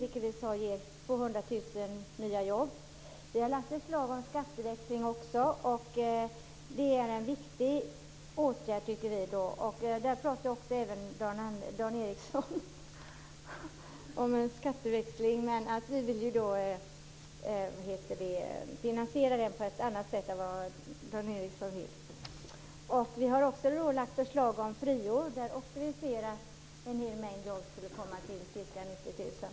Det ger 200 000 nya jobb. Vi har också lagt fram förslag om skatteväxling. Det är en viktig åtgärd, tycker vi. Också Dan Ericsson talar om en skatteväxling. Men vi vill finansiera det på ett annat sätt än han. Vi har också lagt fram förslag om friår. Där ser vi också att en mängd jobb skulle kunna komma till; ca 90 000.